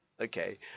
Okay